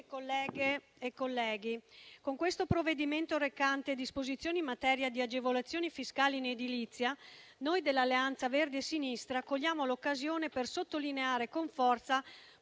Presidente, colleghe e colleghi, con questo provvedimento, recante disposizioni in materia di agevolazioni fiscali in edilizia, noi dell'Alleanza Verdi e Sinistra cogliamo l'occasione per sottolineare con forza